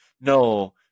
no